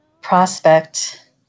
prospect